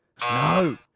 No